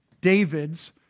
David's